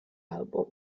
album